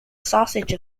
sausage